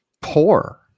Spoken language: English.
poor